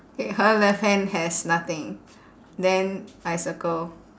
K her left hand has nothing then I circle